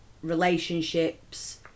relationships